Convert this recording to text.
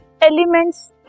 elements